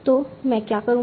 तो मैं क्या करूंगा